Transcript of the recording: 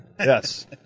Yes